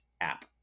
app